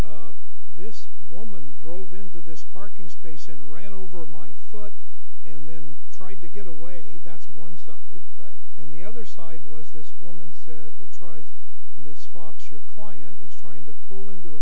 this woman drove into this parking space and ran over my foot and then tried to get away that's one stop it right and the other side was this woman said which tries this fox your client is trying to pull into a